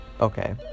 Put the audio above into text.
Okay